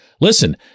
listen